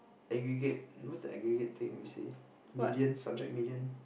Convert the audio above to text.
aggregate what's the aggregate thing we say median subject median